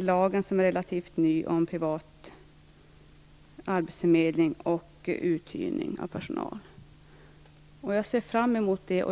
lagen om privat arbetsförmedling och uthyrning av personal, vilken är relativt ny. Jag ser fram emot det.